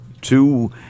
two